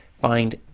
find